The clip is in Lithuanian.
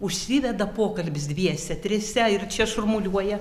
užsiveda pokalbis dviese trise ir čia šurmuliuoja